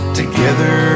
together